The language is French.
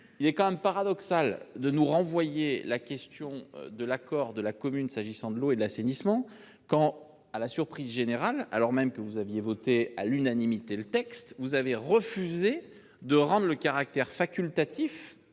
il est paradoxal de nous renvoyer à la question de l'accord de la commune s'agissant de l'eau et l'assainissement quand, à la surprise générale, alors même que vous aviez voté à l'unanimité le texte, vous avez refusé de rendre facultative